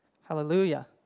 Hallelujah